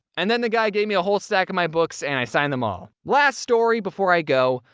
and then the guy gave me a whole stack of my books, and i signed them all. last story before i go,